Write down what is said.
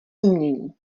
umění